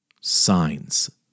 Signs